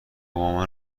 مامان